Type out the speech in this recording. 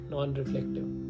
Non-reflective